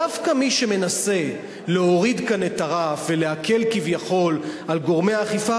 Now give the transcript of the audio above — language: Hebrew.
דווקא מי שמנסה להוריד כאן הרף ולהקל כביכול על גורמי האכיפה,